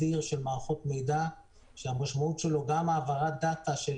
היא נמכרה, העברת המפתח תהיה השבוע.